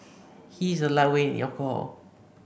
he is a lightweight in alcohol